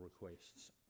requests